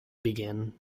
begin